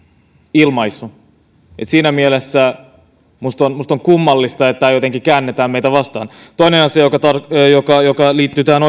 ilmaisu siinä mielessä minusta on kummallista että tämä jotenkin käännetään meitä vastaan toinen asia joka joka liittyy tähän